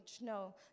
No